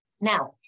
Now